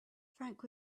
frank